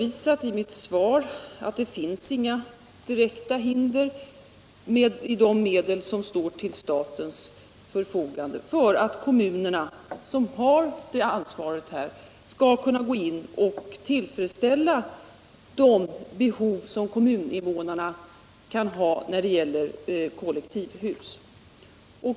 I mitt svar har jag redovisat att det i de medel som står till statens förfogande inte finns några direkta hinder för att kommunerna, som här har ansvaret, skall kunna tillfredsställa de behov som kommuninvånarna kan ha när det gäller kollektivhus.